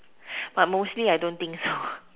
but mostly I don't think so